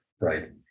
right